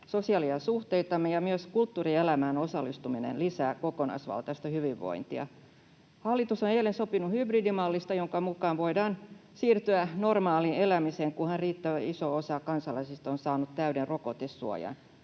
sosiaalisia suhteitamme, ja myös kulttuurielämään osallistuminen lisää kokonaisvaltaista hyvinvointia. Hallitus on eilen sopinut hybridimallista, jonka mukaan voidaan siirtyä normaaliin elämiseen, kunhan riittävän iso osa kansalaisista on saanut täyden rokotesuojan.